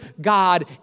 God